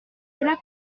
cela